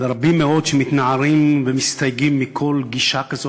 לרבים מאוד שמתנערים ומסתייגים מכל גישה כזאת,